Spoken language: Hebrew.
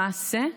למעשה,